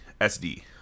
SD